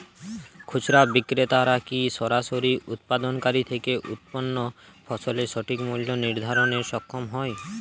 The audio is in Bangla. খুচরা বিক্রেতারা কী সরাসরি উৎপাদনকারী থেকে উৎপন্ন ফসলের সঠিক মূল্য নির্ধারণে সক্ষম হয়?